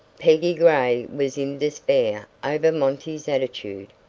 peggy gray was in despair over monty's attitude.